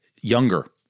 Younger